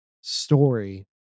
story